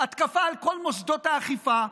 התקפה על כל מוסדות האכיפה,